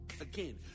Again